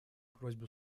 просьбу